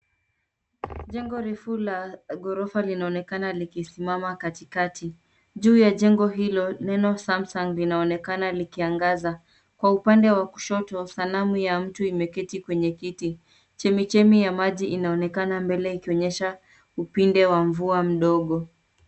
Jengo refu la gorofa linaonekana likisimama katikati. Juu ya jengo hilo neno Samsung linaonekana likiangaza. Kwa upande wa kushoto sanamu ya mtu imeketi kwenye kiti. Chemichemi ya maji inaonekana mbele ikionyesha upinde wa mvua ndogo.